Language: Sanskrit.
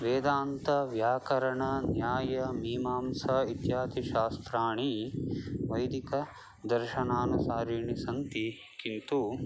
वेदान्तव्याकरणन्यायमीमांसा इत्यादिशास्त्राणि वैदिकदर्शनानुसारीणि सन्ति किन्तु